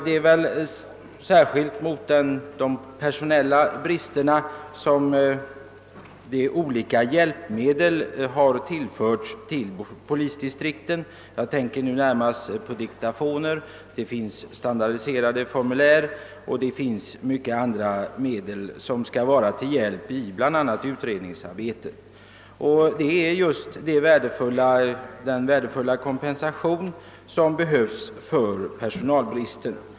Det är väl särskilt på grund av bristerna i polisens personella resurser som de olika hjälpmedlen har tillförts polisdistrikten. Jag tänker nu närmast på diktafoner, standardiserade formulär och många andra hjälpmedel som skall vara till hjälp i bl.a. utredningsarbetet. Det är just en sådan värdefull kompensation som behövs med tanke på personalbristen.